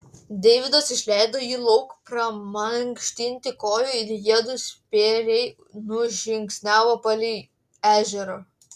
deividas išleido jį lauk pramankštinti kojų ir jiedu spėriai nužingsniavo palei ežerą